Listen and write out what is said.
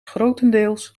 grotendeels